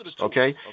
okay